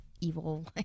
evil